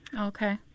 okay